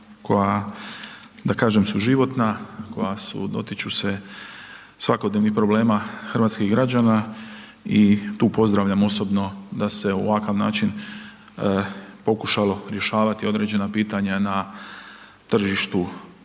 koja da kažem su životna, koja su dotiču se svakodnevnih problema hrvatskih građana i tu pozdravljam osobno da se ovakav način pokušalo rješavati određena pitanja na tržištu, tržištu